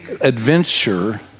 adventure